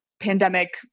pandemic